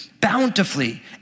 bountifully